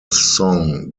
song